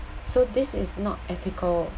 so this is not ethical